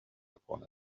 upon